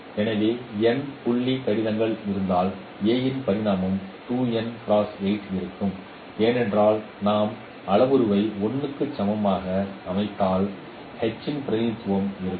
எனவே n புள்ளி கடிதங்கள் இருந்தால் A இன் பரிமாணம் இருக்கும் ஏனென்றால் நாம் அளவுருவை 1 க்கு சமமாக அமைத்தால் h இன் பிரதிநிதித்துவம் இருக்கும்